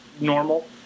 normal